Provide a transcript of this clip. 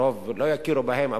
הרוב לא יכירו בהם,